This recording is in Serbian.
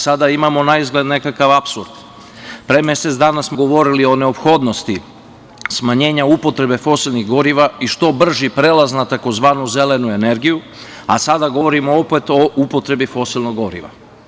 Sada imamo na izgled nekakav apsurd, pre mesec dana smo govorili o neophodnosti smanjenja upotrebe fosilnih goriva i što brži prelaz na tzv. zelenu energiju, a sada govorimo opet o upotrebi fosilnog goriva.